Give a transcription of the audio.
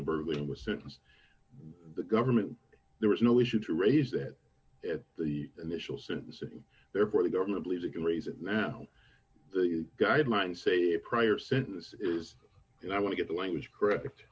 burglary was sentenced the government there was no issue to raise that at the initial sentencing therefore the government believes it can raise it now the guidelines say prior sentences and i want to get the language correct